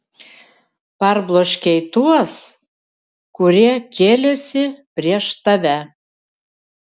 parbloškei tuos kurie kėlėsi prieš tave